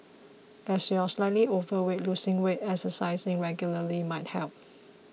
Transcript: as you are slightly overweight losing weight and exercising regularly might help